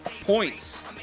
Points